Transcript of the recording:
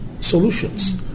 solutions